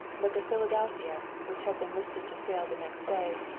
but the philadelphia, which had been listed to sail the next day,